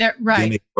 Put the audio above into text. Right